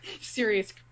serious